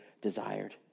desired